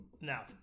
now